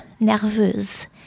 nerveuse